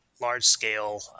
large-scale